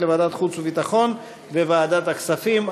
לוועדת החוץ והביטחון וועדת הכספים,